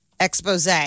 expose